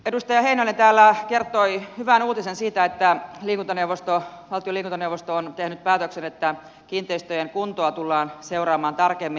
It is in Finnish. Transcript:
edustaja heinonen täällä kertoi hyvän uutisen siitä että valtion liikuntaneuvosto on tehnyt päätöksen että kiinteistöjen kuntoa tullaan seuraamaan tarkemmin